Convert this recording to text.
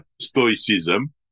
stoicism